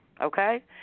Okay